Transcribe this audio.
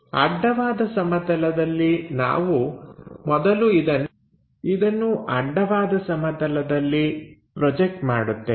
ಅಡ್ಡವಾದ ಸಮತಲದಲ್ಲಿ ನಾವು ಮೊದಲು ಇದನ್ನು ಅಡ್ಡವಾದ ಸಮತದಲ್ಲಿ ಪ್ರೊಜೆಕ್ಟ್ ಮಾಡುತ್ತೇವೆ